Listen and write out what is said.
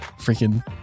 freaking